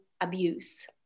abuse